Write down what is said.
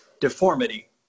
deformity